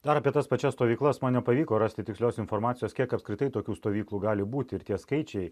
dar apie tas pačias stovyklas man nepavyko rasti tikslios informacijos kiek apskritai tokių stovyklų gali būti ir tie skaičiai